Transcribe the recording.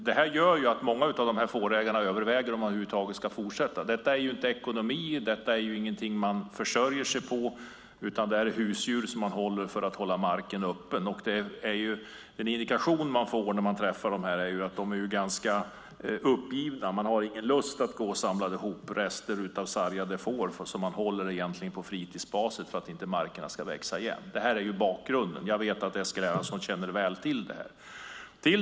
Detta gör att många fårägare överväger om man över huvud taget ska fortsätta. Det är ingen ekonomi i detta. Det här är ingenting man försörjer sig på. Det är husdjur som man har för att hålla marken öppen. Den indikation man får när man träffar dessa fårägare är att de är uppgivna och inte har lust att samla ihop rester av sargade får. Man har ju fåren på fritidsbasis för att inte marken ska växa igen. Det är bakgrunden. Jag vet att Eskil Erlandsson känner till detta väl.